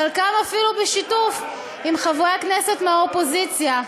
חלקם אפילו בשיתוף עם חברי הכנסת מהאופוזיציה.